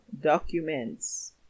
documents